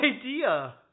idea